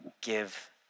give